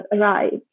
arrived